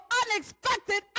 unexpected